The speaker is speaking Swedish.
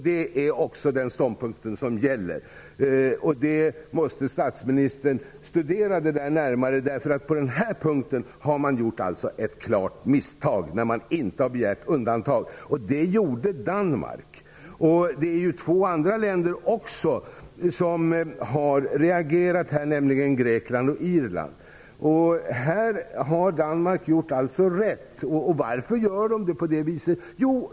Det är också den ståndpunkt som gäller. Statsministern måste studera detta närmare. På den här punkten har man gjort ett klart misstag när man inte har begärt undantag. Det gjorde Danmark. Också två andra länder har reagerat, nämligen Grekland och Irland. Här har danskarna gjort rätt. Varför har de gjort på detta vis?